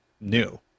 new